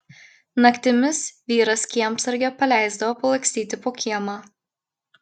naktimis vyras kiemsargę paleisdavo palakstyti po kiemą